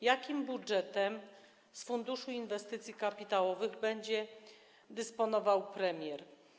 Jakim budżetem Funduszu Inwestycji Kapitałowych będzie dysponował premier?